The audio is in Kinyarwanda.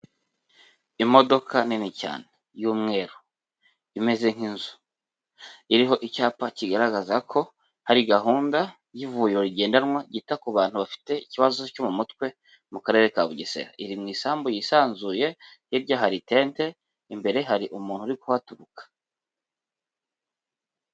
Imodoka nini cyane y'umweru imeze nk'inzu, iriho icyapa kigaragaza ko hari gahunda y'ivuriro rigendanwa ryita ku bantu bafite ikibazo cyo mu mutwe mu karere ka Bugesera. Iri mu isambu yisanzuye, hirya hari itente, imbere hari umuntu uri kuhaturuka.